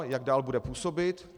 Jak dál bude působit.